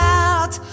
out